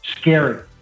scary